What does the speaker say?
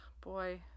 Boy